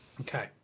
Okay